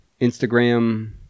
Instagram